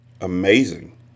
Amazing